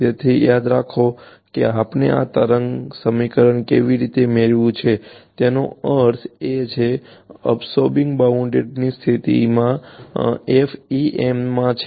તેથી યાદ રાખો કે આપણે આ તરંગ સમીકરણ કેવી રીતે મેળવ્યું છે તેનો અર્થ એ છે કે અબ્સોર્બિંગબાઉન્ડ્રી ની સ્થિતિ FEM માં છે